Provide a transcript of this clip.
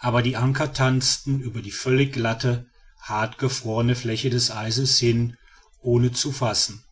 aber die anker tanzten über die völlig glatte hart gefrorene fläche des eises hin ohne zu fassen